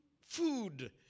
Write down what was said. food